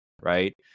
Right